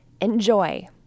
Enjoy